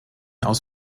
aus